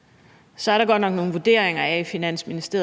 i Finansministeriet nogle vurderinger af,